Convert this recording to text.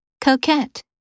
Coquette